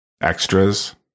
extras